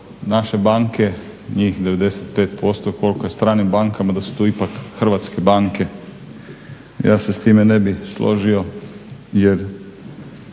naše banke, njih 95% koliko je stranim bankama, da su to ipak hrvatske banke. Ja se s time ne bih složio jer